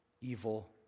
evil